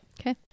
okay